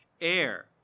air